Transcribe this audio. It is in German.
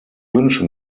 wünsche